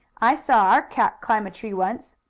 i saw our cat climb a tree once.